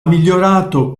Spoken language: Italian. migliorato